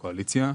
הקואליציה,